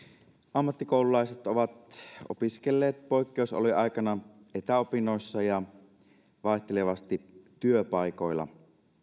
ammattikoululaiset ovat opiskelleet poikkeusolojen aikana etäopinnoissa ja vaihtelevasti työpaikoilla